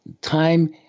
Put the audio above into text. time